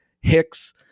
Hicks